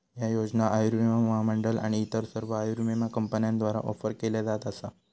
ह्या योजना आयुर्विमा महामंडळ आणि इतर सर्व आयुर्विमा कंपन्यांद्वारा ऑफर केल्या जात असा